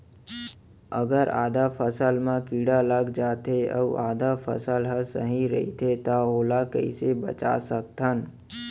अगर आधा फसल म कीड़ा लग जाथे अऊ आधा फसल ह सही रइथे त ओला कइसे बचा सकथन?